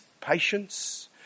patience